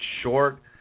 short